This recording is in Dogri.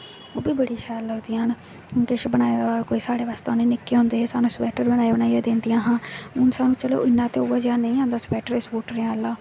ओह् बी बड़ी शैल लगदियां न किश बनाए दा होऐ निक्के होंदे सानूं स्बैटर बनाई बनाइयै दिंदियां हां हून चलो इन्ना ओह् मज़ा ते नेईं आंदा स्बैटरें स्बुटरें आह्ला